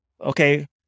okay